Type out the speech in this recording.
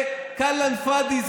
כלאם פאדי.